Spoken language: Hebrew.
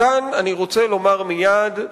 כאן אני רוצה לומר מייד: